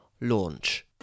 launch